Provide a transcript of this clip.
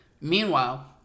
Meanwhile